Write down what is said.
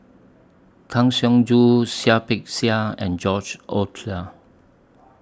Kang Siong Joo Seah Peck Seah and George Oehlers